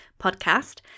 podcast